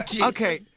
Okay